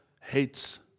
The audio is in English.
hates